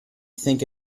think